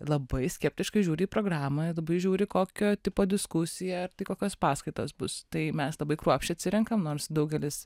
labai skeptiškai žiūri į programą jie labai žiūri kokio tipo diskusija ar tai kokios paskaitos bus tai mes labai kruopščiai atsirenkam nors daugelis